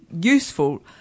useful